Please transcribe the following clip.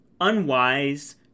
unwise